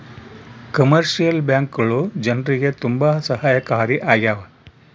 commercial ಬ್ಯಾಂಕ್ಗಳು ಜನ್ರಿಗೆ ತುಂಬಾ ಸಹಾಯಕಾರಿ ಆಗ್ಯಾವ